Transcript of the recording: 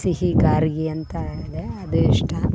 ಸಿಹಿ ಗಾರ್ಗಿ ಅಂತ ಇದೆ ಅದು ಇಷ್ಟ